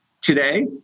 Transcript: Today